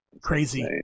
Crazy